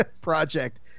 project